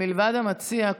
מלבד המציע,